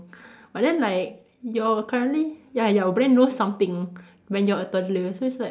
but then like your currently ya your brain knows something when you're a toddler so it's like